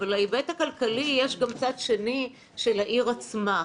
אבל להיבט הכלכלי יש גם צד שני של העיר עצמה.